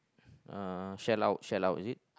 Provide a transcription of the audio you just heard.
uh Shell-Out Shell-Out is it